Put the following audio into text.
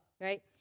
right